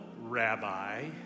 rabbi